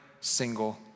single